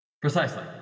Precisely